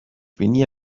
بینی